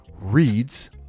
reads